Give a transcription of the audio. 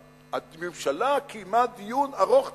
"הממשלה קיימה דיון ארוך טווח".